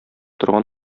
торган